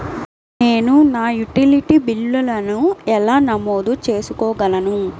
నేను నా యుటిలిటీ బిల్లులను ఎలా నమోదు చేసుకోగలను?